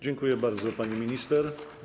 Dziękuję bardzo, pani minister.